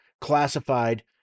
classified